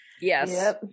yes